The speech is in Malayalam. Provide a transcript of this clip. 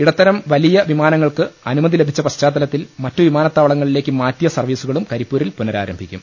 ഇടത്തരം വലിയ വിമാനങ്ങൾക്ക് അനുമതി ലഭിച്ച പശ്ചാത്തലത്തിൽ മറ്റുവിമാനത്താവളങ്ങളിലേക്ക് മാറ്റിയ സർവീസു കളും കരിപ്പൂരിൽ പുന രാരംഭിക്കും